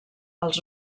als